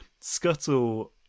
Scuttle